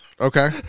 Okay